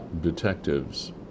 detectives